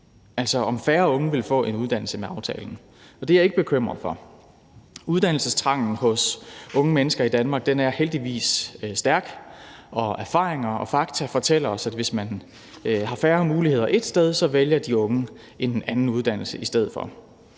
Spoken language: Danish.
altså om færre unge ville få en uddannelse med aftalen, og det er jeg ikke bekymret for. Uddannelsestrangen hos unge mennesker i Danmark er heldigvis stærk, og erfaringer og fakta fortæller os, at hvis man har færre muligheder ét sted, så vælger de unge en anden uddannelse i stedet for.